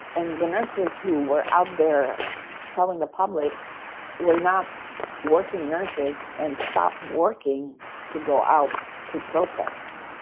and the nurses who were out there telling the public were not working nurses and stopped working to go out to protest.